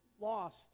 lost